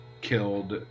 killed